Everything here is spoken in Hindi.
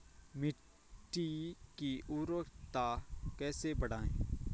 मिट्टी की उर्वरकता कैसे बढ़ायें?